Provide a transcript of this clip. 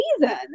season